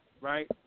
right